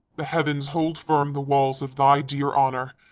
the heavens hold firm the walls of thy dear honour,